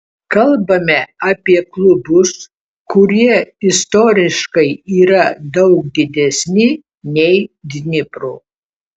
kalbame apie klubus kurie istoriškai yra daug didesni nei dnipro